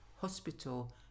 hospital